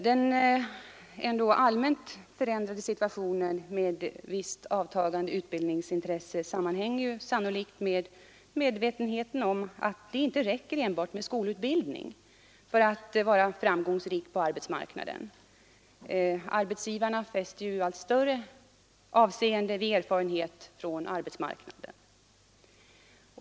Den allmänt förändrade situationen med visst avtagande av utbildningsintresset sammanhänger sannolikt med medvetenheten om att det inte räcker enbart med skolutbildning för att vara framgångsrik på arbetsmarknaden. Arbetsgivarna fäster allt större avseende vid erfarenhet från arbetsmarknaden.